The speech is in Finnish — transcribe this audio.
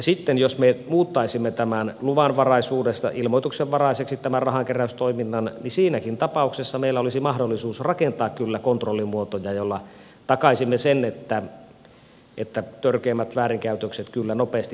sitten jos me muuttaisimme tämän rahankeräystoiminnan luvanvaraisesta ilmoituksenvaraiseksi niin siinäkin tapauksessa meillä olisi mahdollisuus rakentaa kyllä kontrollimuotoja joilla takaisimme sen että törkeimmät väärinkäytökset kyllä nopeasti paljastuisivat sieltä